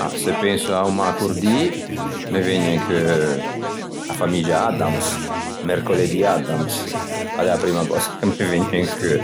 Ah se penso a-o mäcordì me vëgne in cheu a famiggia Addams, Mercoledì Addams a l'é a primma cösa ch'a me vëgne in cheu